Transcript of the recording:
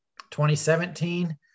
2017